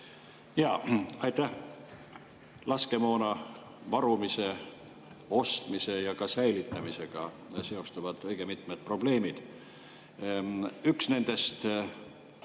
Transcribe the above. Aitäh! Laskemoona varumise, ostmise ja ka säilitamisega seonduvad õige mitmed probleemid. Üks nendest